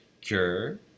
cure